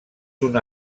una